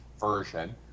version